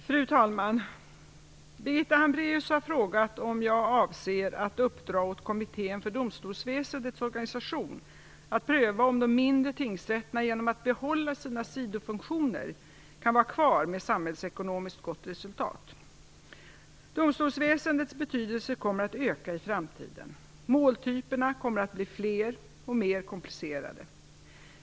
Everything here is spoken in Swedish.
Fru talman! Birgitta Hambraeus har frågat mig om jag avser att uppdra åt Kommittén för domstolsväsendets organisation att pröva om de mindre tingsrätterna genom att behålla sina sidofunktioner kan vara kvar med samhällsekonomiskt gott resultat. Domstolsväsendets betydelse kommer att öka i framtiden. Måltyperna kommer att bli fler och mer komplicerade.